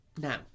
Now